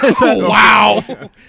Wow